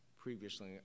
previously